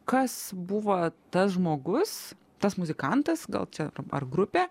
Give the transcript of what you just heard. kas buvo tas žmogus tas muzikantas gal čia ar grupė